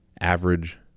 average